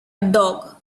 dog